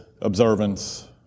observance